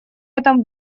этом